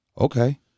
okay